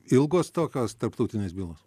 ilgos tokios tarptautinės bylos